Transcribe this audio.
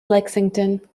lexington